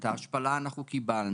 את ההשפלה אנחנו קיבלנו.